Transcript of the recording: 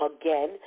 Again